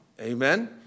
Amen